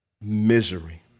misery